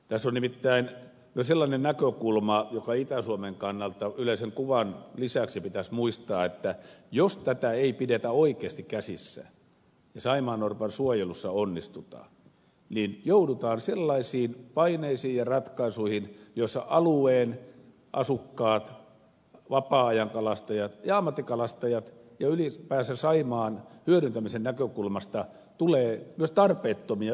tässä on nimittäin myös sellainen näkökulma joka itä suomen kannalta yleisen kuvan lisäksi pitäisi muistaa että jos tätä ei pidetä oikeasti käsissä ja saimaannorpan suojelussa ei onnistuta niin joudutaan sellaisiin paineisiin ja ratkaisuihin joissa alueen asukkaiden vapaa ajan kalastajien ja ammattikalastajien ja ylipäänsä saimaan hyödyntämisen näkökulmasta tulee myös tarpeettomia ylilyöntejä ja rajoituksia